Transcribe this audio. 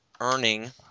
earning –